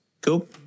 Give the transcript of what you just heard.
cool